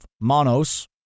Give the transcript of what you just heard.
Manos